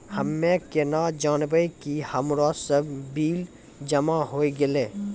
हम्मे केना जानबै कि हमरो सब बिल जमा होय गैलै?